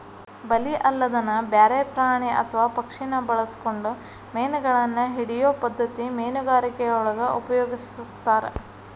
ಬಲಿ ಅಲ್ಲದನ ಬ್ಯಾರೆ ಪ್ರಾಣಿ ಅತ್ವಾ ಪಕ್ಷಿನ ಬಳಸ್ಕೊಂಡು ಮೇನಗಳನ್ನ ಹಿಡಿಯೋ ಪದ್ಧತಿ ಮೇನುಗಾರಿಕೆಯೊಳಗ ಉಪಯೊಗಸ್ತಾರ